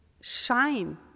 shine